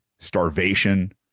starvation